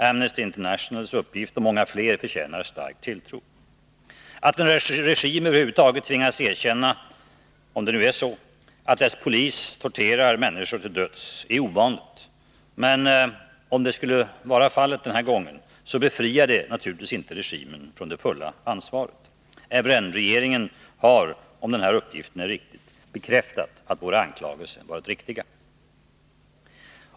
Amnesty Internationals uppgift om många fler förtjänar stark tilltro. Att en regim över huvud taget tvingas erkänna — om det nu är så — att dess polis torterar människor till döds är ovanligt. Men om det skulle vara fallet den här gången, befriar det naturligtvis inte regimen från det fulla ansvaret. Evren-regeringen har, om denna uppgift är riktig, bekräftat att våra anklagelser varit riktiga.